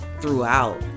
throughout